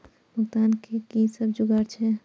भुगतान के कि सब जुगार छे?